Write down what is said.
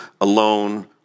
alone